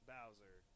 Bowser